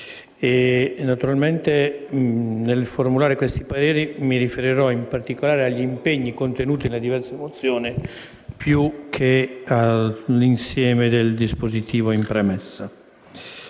Naturalmente, nel formulare i pareri, mi riferirò in particolare agli impegni contenuti nelle diverse mozioni più che all'insieme del dispositivo in premessa.